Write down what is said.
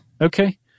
Okay